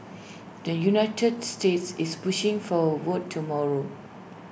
the united states is pushing for A vote tomorrow